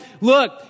look